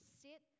sit